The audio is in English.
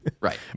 Right